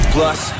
Plus